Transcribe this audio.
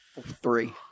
three